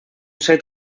set